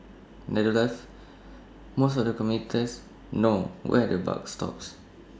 nevertheless most of the commuters know where the buck stops